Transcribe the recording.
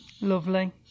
lovely